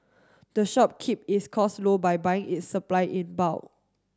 the shop keep its cost low by buying its supply in bulk